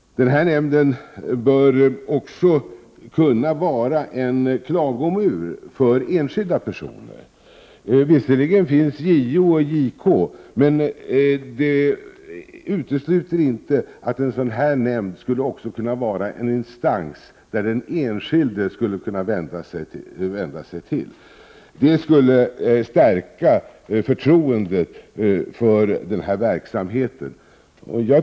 Denna nämnd bör också kunna vara en klagomur för enskilda personer. Visserligen finns JO och JK, men det utesluter inte att en sådan här nämnd också skulle kunna vara en instans till vilken den enskilde skulle kunna vända sig. Det skulle stärka förtroendet för den här verksamheten.